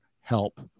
help